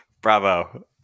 Bravo